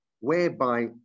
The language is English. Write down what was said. whereby